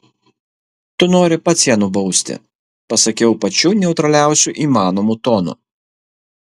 tu nori pats ją nubausti pasakiau pačiu neutraliausiu įmanomu tonu